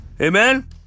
Amen